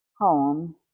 home